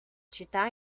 città